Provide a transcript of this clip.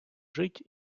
жить